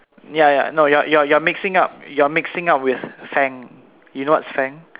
ya ya no you're you're mixing up you're mixing up with Faang you know what's Faang